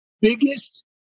biggest